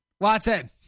watson